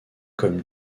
comme